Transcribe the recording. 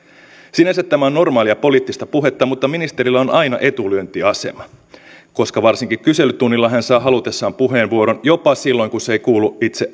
sinänsä tämä on normaalia poliittista puhetta mutta ministerillä on aina etulyöntiasema koska varsinkin kyselytunnilla hän saa halutessaan puheenvuoron jopa silloin kun se ei kuulu itse